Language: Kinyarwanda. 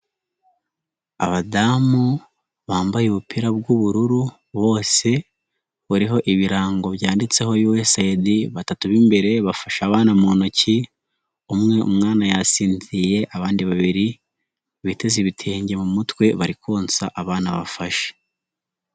Abadamu bambaye ubupira bw'ubururu bose buriho ibirango byanditseho USAID, batatu b'imbere bafashe abana mu ntoki, umwe umwana yasinziriye abandi babiri biteze ibitenge mu mutwe bari konsa abana bafashe.